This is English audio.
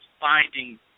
finding